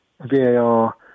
VAR